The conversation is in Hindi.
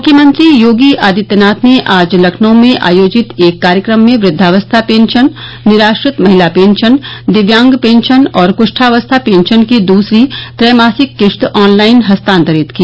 मुख्यमंत्री योगी आदित्यनाथ ने आज लखनऊ में आयोजित एक कार्यक्रम में वृद्ववस्था पेंशन निराश्रित महिला पेंशन दिव्यांग पेंशन और कृष्ठावस्था पेंशन की दूसरी त्रयमासिक किश्त ऑनलाइन हस्तांतरित की